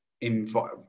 invite